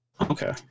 Okay